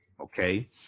okay